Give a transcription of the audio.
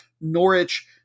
Norwich